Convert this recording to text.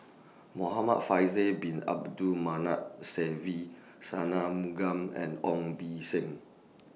Muhamad Faisal Bin Abdul Manap Se Ve and Ong Beng Seng